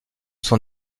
sont